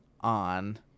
on